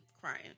crying